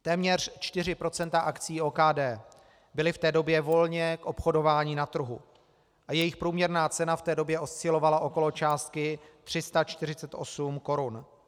Téměř 4 % akcií OKD byla v té době volně k obchodování na trhu a jejich průměrná cena v té době oscilovala okolo částky 348 korun.